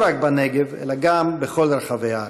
לא רק בנגב, אלא בכל רחבי הארץ.